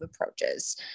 approaches